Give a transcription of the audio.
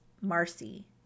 marcy